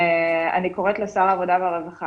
אני קוראת לשר העבודה והרווחה,